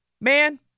Man